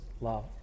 love